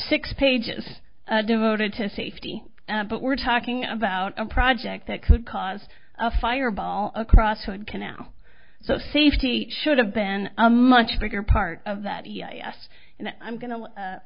six pages devoted to safety but we're talking about a project that could cause a fireball across hood canal so safety should have been a much bigger part of that yes and i'm